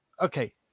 Okay